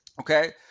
Okay